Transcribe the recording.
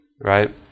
right